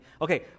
Okay